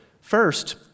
First